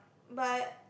but